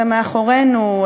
זה מאחורינו,